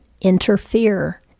interfere